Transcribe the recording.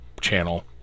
channel